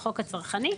החוק הצרכני.